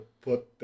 put